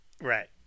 Right